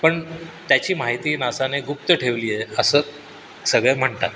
पण त्याची माहिती नासाने गुप्त ठेवली आहे असं सगळे म्हणतात